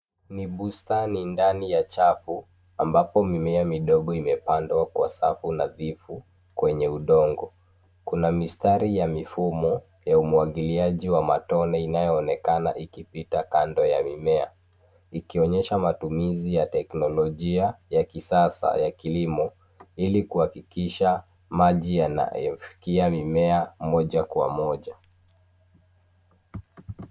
Ni bustani ndani ya chapu ambapo mimea midogo imepandwa kwa safu nadhifu. Kwenye udongo kuna mistari ya mifumo ya umwagiliaji wa matone inayoonekana ikipita kando ya mimea, ikionyesha matumizi ya teknolojia ya kisasa ya kilimo ili kuhakikisha maji yanafikia mimea moja kwa moja.